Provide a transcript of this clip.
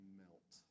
melt